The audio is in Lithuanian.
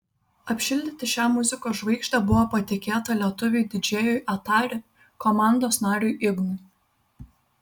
apšildyti šią muzikos žvaigždę buvo patikėta lietuviui didžėjui atari komandos nariui ignui